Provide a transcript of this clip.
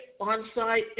on-site